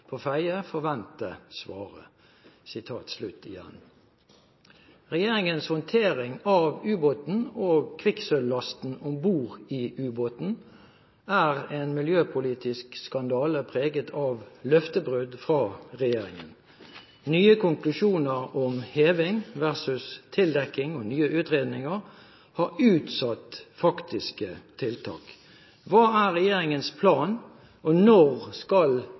på Fedje forvente svaret. Regjeringens håndtering av ubåten og kvikksølvlasten om bord i ubåten er en miljøpolitisk skandale preget av løftebrudd fra regjeringen. Nye konklusjoner om heving versus tildekking og nye utredninger har utsatt faktiske tiltak. Hva er regjeringens plan, og når skal